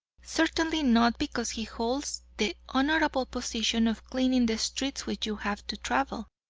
certainly, not because he holds the honorable position of cleaning the streets which you have to travel.